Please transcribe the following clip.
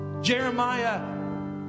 Jeremiah